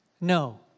No